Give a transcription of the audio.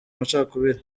macakubiri